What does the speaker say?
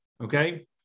Okay